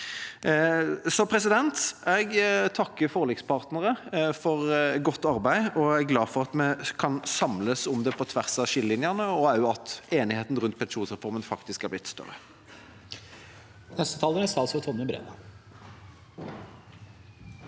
veldig viktig. Jeg takker forlikspartnerne for godt arbeid. Jeg er glad for at vi kan samles om dette på tvers av skillelinjene, og også for at enigheten rundt pensjonsreformen faktisk er blitt større.